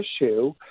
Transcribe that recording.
issue